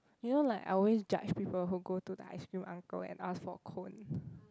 you know like I'll always judge people who go to the ice cream uncle and ask for cone